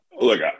Look